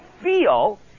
feel